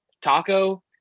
taco